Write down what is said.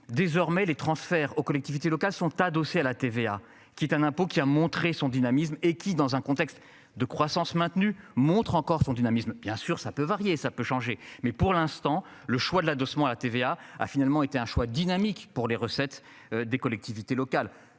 désormais les transferts aux collectivités locales sont adossés à la TVA qui est un impôt qui a montré son dynamisme et qui dans un contexte de croissance maintenue montre encore son dynamisme. Bien sûr ça peut varier. Ça peut changer mais pour l'instant le choix de l'adossement à la TVA a finalement été un choix dynamique pour les recettes des collectivités locales.